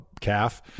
calf